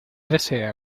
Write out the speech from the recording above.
desea